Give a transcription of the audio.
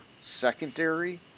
secondary